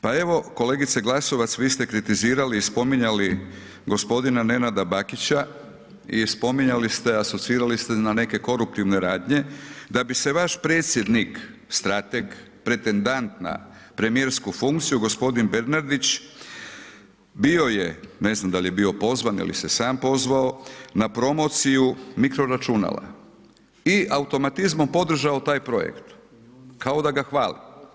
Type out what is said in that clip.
Pa evo kolegice Glasovac vi ste kritizirali i spominjali g. Nenada Bakića i spominjali ste, asocirali ste na neke koruptivne radnje da bi se vaš predsjednik, strateg, pretendant na premijersku funkciju g. Bernardić, bio je, ne znam dal je bio pozvan il se sam pozvao na promociju mikroračunala i automatizmom podržao taj projekt, kao da ga hvali.